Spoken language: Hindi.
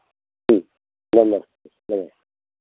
ठीक नमस्ते नमस्ते